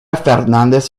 fernandez